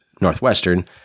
Northwestern